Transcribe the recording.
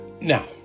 now